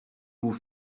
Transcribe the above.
vous